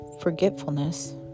forgetfulness